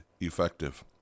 effective